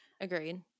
agreed